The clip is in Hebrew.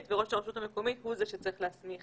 וראש הרשות המקומית הוא זה שצריך להסמיך